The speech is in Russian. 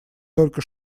только